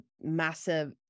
massive